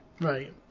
Right